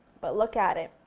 but look at it!